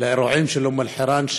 באירועים של אום אלחיראן,